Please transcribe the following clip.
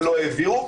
ולא העבירו.